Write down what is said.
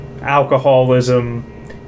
alcoholism